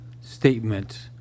statement